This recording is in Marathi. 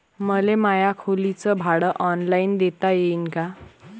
मले माया खोलीच भाड ऑनलाईन देता येईन का?